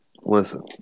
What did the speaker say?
listen